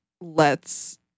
lets